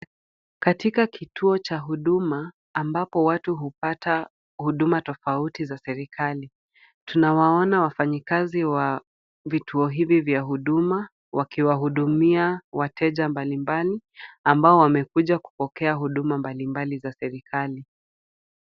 Katika kituo cha huduma ambapo watu hupata huduma tofauti za serikali, tunawaona wafanyikazi wa vituo hivi vya huduma wakiwahudumia wateja mbalimbali, ambao wamekuja kupokea huduma mbalimbali za serikali.